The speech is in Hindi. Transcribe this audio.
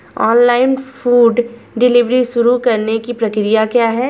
ऑनलाइन फूड डिलीवरी शुरू करने की प्रक्रिया क्या है?